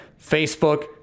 Facebook